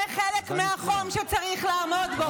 זה חלק מהחום שצריך לעמוד בו.